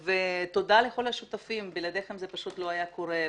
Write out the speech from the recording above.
תודה לכל השותפים, בלעדיכם זה פשוט לא היה קורה.